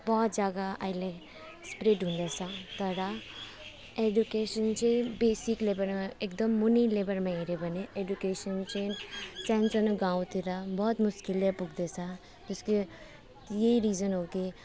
बहुत जग्गा अहिले स्प्रेड हुँदैछ तर एडुकेसन चाहिँ बेसिक लेबलमा एकदम मुनि लेबलमा हेऱ्यौँ भने एडुकेसन चाहिँ सानोसानो गाउँतिर बहुत मुस्किलले पुग्दैछ त्यसले यही रिजन हो कि